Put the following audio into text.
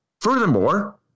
Furthermore